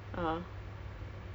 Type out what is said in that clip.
most of my job